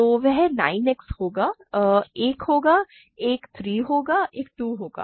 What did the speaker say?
तो वह 9 X होगा एक होगा एक 3 होगा एक 2 होगा